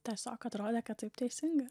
tiesiog atrodė kad taip teisinga